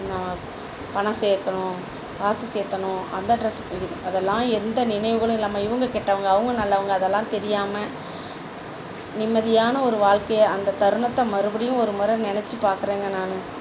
நான் பணம் சேர்க்கணும் காசு சேர்த்தணும் அந்த ட்ரெஸ் அதெல்லாம் எந்த நினைவுகளும் இல்லாமல் இவங்க கெட்டவங்க அவங்க நல்லவங்க அதெல்லாம் தெரியாமல் நிம்மதியான ஒரு வாழ்க்கையை அந்த தருணத்தை மறுபடியும் ஒரு முறை நினச்சி பார்க்குறேங்க நான்